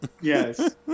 Yes